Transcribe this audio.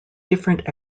different